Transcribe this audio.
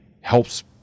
helps